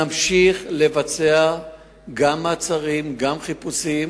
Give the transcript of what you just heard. נמשיך לבצע גם מעצרים, גם חיפושים.